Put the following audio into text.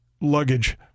luggage